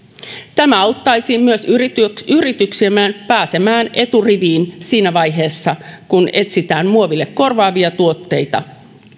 tämä auttaisi myös yrityksiämme yrityksiämme pääsemään eturiviin siinä vaiheessa kun etsitään muoville korvaavia tuotteita